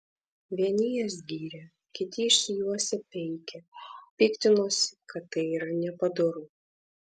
vieni jas gyrė kiti išsijuosę peikė piktinosi kad tai yra nepadoru